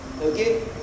okay